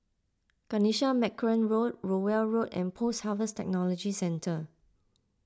Kanisha Marican Road Rowell Road and Post Harvest Technology Centre